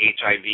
HIV